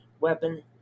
weapon